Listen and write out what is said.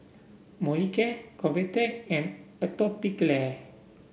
Molicare Convatec and Atopiclair